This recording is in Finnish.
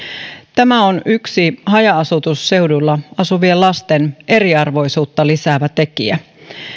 tämä on yksi haja asutusseuduilla asuvien lasten eriarvoisuutta lisäävä tekijä